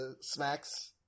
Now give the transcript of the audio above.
smacks